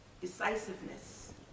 decisiveness